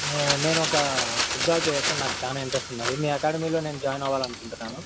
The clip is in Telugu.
నేను ఒక ఫుట్బాల్ ప్లేయర్ సార్ నాకు చాలా ఇంట్రస్ట్ ఉన్నది మీ అకాడమీలో నేను జాయిన్ అవ్వాలనుకుంటున్నాను